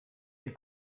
had